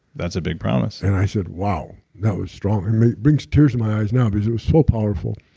that's a big promise and i said, wow, that was strong. um it brings tears to my eyes now, because it was so powerful.